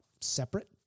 separate